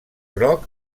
groc